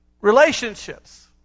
Relationships